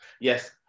yes